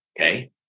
Okay